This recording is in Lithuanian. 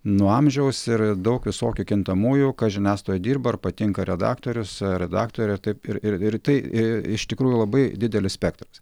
nuo amžiaus ir daug visokių kintamųjų kas žiniasklaidoje dirba ar patinka redaktorius redaktorė taip ir ir ir tai iš tikrųjų labai didelis spektras